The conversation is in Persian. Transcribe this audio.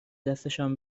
دستشان